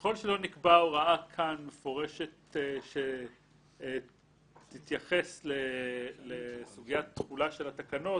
ככל שלא נקבעה כאן הוראה מפורשת שתתייחס לסוגיית התחולה של התקנות,